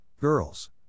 Girls